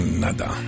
nada